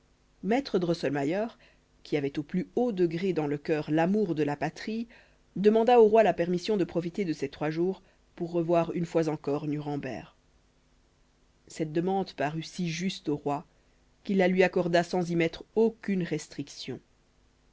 maître drosselmayer qui avait au plus haut degré dans le cœur l'amour de la patrie demanda au roi la permission de profiter de ces trois jours pour revoir une fois encore nuremberg cette demande parut si juste au roi qu'il la lui accorda sans y mettre aucune restriction